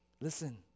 Listen